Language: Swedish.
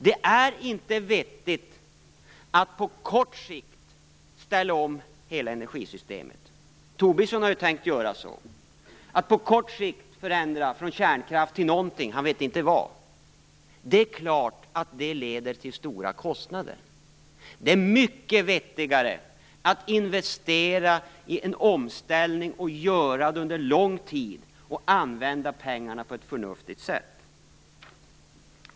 Det är inte vettigt att på kort sikt ställa om hela energisystemet. Tobisson har tänkt att göra så, dvs. att på kort sikt förändra från kärnkraft till någonting annat, han vet inte vad. Det är klart att det leder till stora kostnader. Det är mycket vettigare att investera i en omställning under lång tid och använda pengarna på ett förnuftigt sätt.